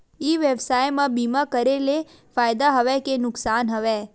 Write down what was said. ई व्यवसाय म बीमा करे ले फ़ायदा हवय के नुकसान हवय?